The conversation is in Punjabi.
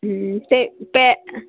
ਤੇ ਪੈ